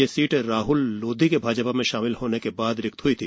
यह सीट राह्ल लोधी के भाजपा में शामिल होने के बाद रिक्त हुई थी